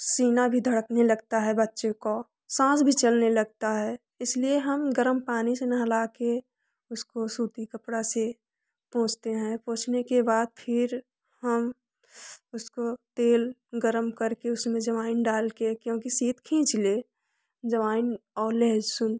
सीना भी धड़कने लगता है बच्चों का सांस भी चलने लगता है इसलिए हम गर्म पानी से नहला कर उसको सूती कपड़ा से पोछते हैं पोंछने के बाद फिर हम उसको तेल गर्म करके उसमें अजवाइन डाल कर क्योंकि सीत खींच ले अजवाइन और लहसुन